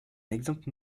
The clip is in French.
exemple